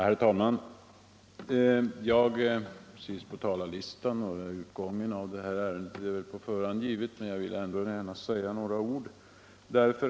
Herr talman! Jag står sist på talarlistan, och utgången i det här ärendet är väl på förhand given, men jag vill ändå gärna säga några ord.